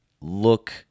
look